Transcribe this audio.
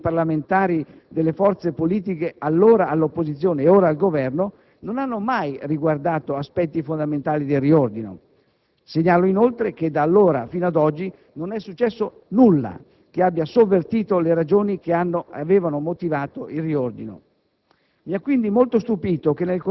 le obiezioni avanzate da parte dei parlamentari delle forze politiche allora all'opposizione e ora al Governo non hanno mai riguardato aspetti fondamentali del riordino. Segnalo inoltre che da allora fino ad oggi non è successo nulla che abbia sovvertito le ragioni che avevano motivato il riordino.